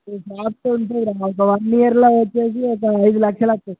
ఇవి మస్తు ఉంటాయి రా ఒక వన్ ఇయర్లో వచ్చి ఒక ఐదు లక్షలు వస్తాయి